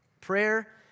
Prayer